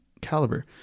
caliber